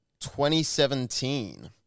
2017